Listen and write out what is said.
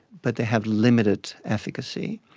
but they have limited efficacy.